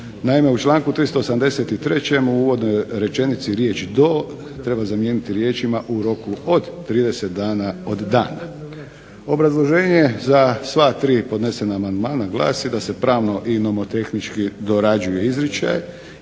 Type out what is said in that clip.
Naime, u članku 383. U uvodnoj rečenici riječ: "do" treba zamijeniti riječima: "u roku od 30 dana od dana". Obrazloženje za sva tri podnesena amandmana glasi da se pravno i nomotehnički dorađuje izričaj,